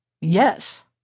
Yes